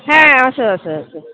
হ্যাঁ আসুন আসুন আসুন